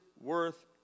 worth